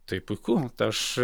tai puiku aš